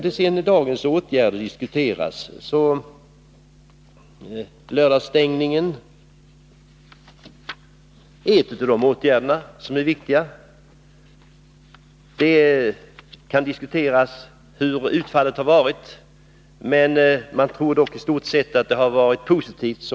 En av de åtgärder som nu föreslås är lördagsstängning av systembutikerna. Det kan diskuteras hur försöksverksamheten har utfallit, men i stort sett tror man att den har varit positiv.